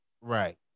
Right